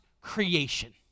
creation